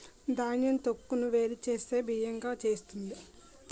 ధాన్యం తొక్కును వేరు చేస్తూ బియ్యం గా చేస్తుంది